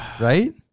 Right